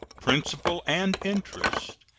principal and interest,